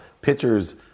pitchers